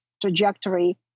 trajectory